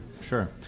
sure